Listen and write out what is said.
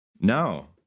No